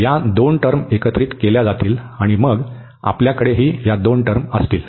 तर या दोन टर्म एकत्रित केल्या जातील आणि मग आपल्याकडेही या दोन टर्म असतील